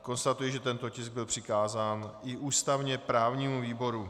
Konstatuji, že tento tisk byl přikázán i ústavněprávnímu výboru.